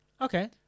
Okay